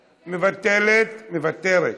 מוותרת,